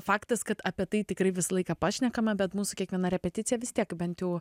faktas kad apie tai tikrai visą laiką pašnekame bet mūsų kiekviena repeticija vis tiek bent jau